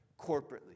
corporately